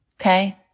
Okay